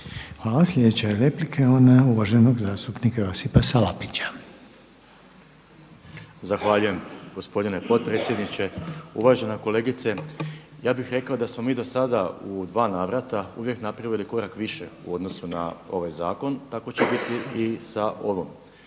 Hvala. Sljedeća replika je ona uvaženog zastupnika Josipa Salapića. **Salapić, Josip (HDSSB)** Zahvaljujem gospodine potpredsjedniče. Uvažena kolegice, ja bih rekao da smo mi do sada u dva navrata uvijek napravili korak više u odnosu na ovaj zakon. Tako će biti i sa ovom